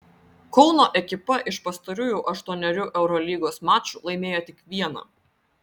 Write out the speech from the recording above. kauno ekipa iš pastarųjų aštuonerių eurolygos mačų laimėjo tik vieną